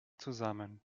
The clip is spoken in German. zusammen